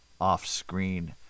off-screen